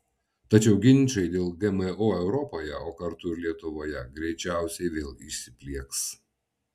tačiau ginčai dėl gmo europoje o kartu ir lietuvoje greičiausiai vėl įsiplieks